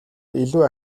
илүү